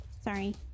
sorry